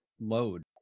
load